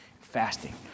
fasting